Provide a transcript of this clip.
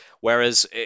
Whereas